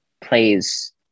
plays